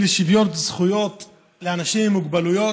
לשוויון זכויות לאנשים עם מוגבלויות.